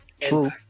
True